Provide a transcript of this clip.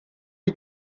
die